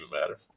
matter